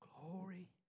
glory